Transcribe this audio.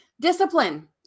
discipline